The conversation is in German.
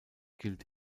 gilt